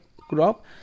crop